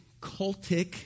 cultic